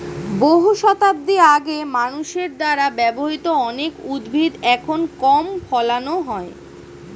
বহু শতাব্দী আগে মানুষের দ্বারা ব্যবহৃত অনেক উদ্ভিদ এখন কম ফলানো হয়